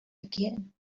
again